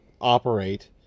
operate